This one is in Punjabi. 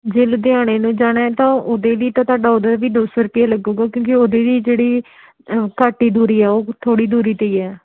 ਜੇ ਲੁਧਿਆਣੇ ਨੂੰ ਜਾਣਾ ਤਾਂ ਉਹਦੇ ਲਈ ਤਾਂ ਤੁਹਾਡਾ ਉੱਧਰ ਵੀ ਦੋ ਸੌ ਰੁਪਈਆ ਲੱਗੇਗਾ ਕਿਉਂਕਿ ਉਹਦੇ ਵੀ ਜਿਹੜੀ ਘੱਟ ਹੀ ਦੂਰੀ ਆ ਉਹ ਥੋੜ੍ਹੀ ਦੂਰੀ 'ਤੇ ਹੀ ਹੈ